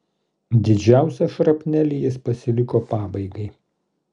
didžiausią šrapnelį ji pasiliko pabaigai